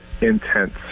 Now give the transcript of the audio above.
intense